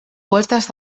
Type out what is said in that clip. puertas